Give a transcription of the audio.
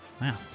Wow